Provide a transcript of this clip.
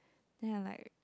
they're like